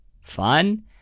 fun